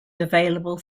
available